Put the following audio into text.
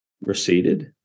receded